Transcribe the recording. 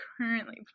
currently